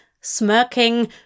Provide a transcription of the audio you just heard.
Smirking